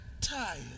Tired